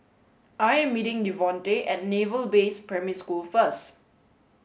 I am meeting Devonte at Naval Base Primary School first